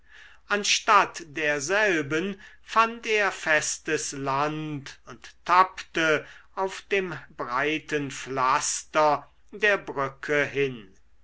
anstatt der selben fand er festes land und tappte auf dem breiten pflaster der brücke hin